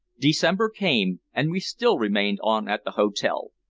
december came, and we still remained on at the hotel.